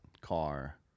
car